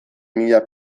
mila